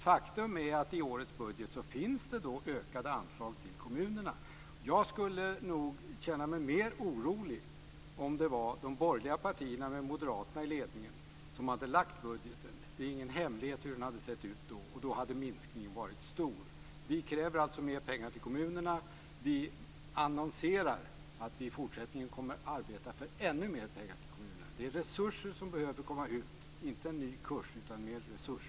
Faktum är att i årets budget finns det ökade anslag till kommunerna. Jag skulle nog känna mig mer orolig om det var de borgerliga partierna, med Moderaterna i ledningen, som hade lagt budgeten. Det är ingen hemlighet hur den hade sett ut då. Då hade minskningen varit stor. Vi kräver alltså mer pengar till kommunerna. Vi annonserar att vi i fortsättningen kommer att arbeta för ännu mer pengar till kommunerna. Det är resurser som behöver komma ut; inte en ny kurs, utan mer resurs.